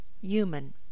Human